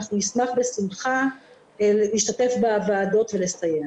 ואנחנו נשמח בשמחה להשתתף בוועדות ולסייע.